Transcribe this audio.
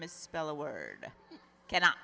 misspell a word cannot